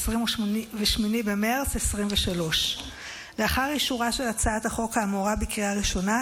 28 במרץ 2023. לאחר אישורה של הצעת החוק האמורה בקריאה ראשונה,